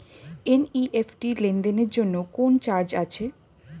NEFT লেনদেনের জন্য কোন চার্জ আছে?